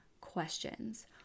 questions